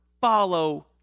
follow